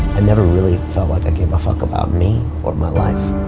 i never really felt like i gave a fuck about me or my life.